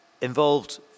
involved